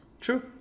True